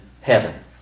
heaven